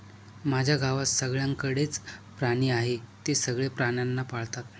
माझ्या गावात सगळ्यांकडे च प्राणी आहे, ते सगळे प्राण्यांना पाळतात